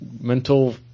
mental